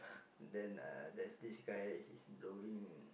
then uh there's this guy he's blowing